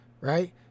right